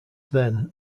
then